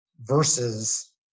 versus